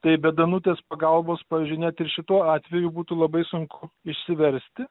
tai be danutės pagalbos pavyzdžiui net ir šituo atveju būtų labai sunku išsiversti